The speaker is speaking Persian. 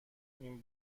این